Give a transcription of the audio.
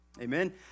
Amen